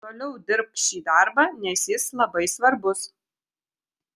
toliau dirbk šį darbą nes jis labai svarbus